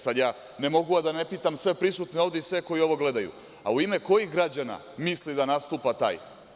Sada ja ne mogu a da ne pitam sve prisutne ovde i sve koji ovo gledaju, u ime kojih građana misli da nastupa taj?